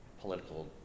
political